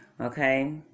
Okay